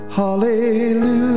hallelujah